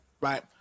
Right